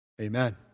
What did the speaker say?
Amen